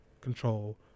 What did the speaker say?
control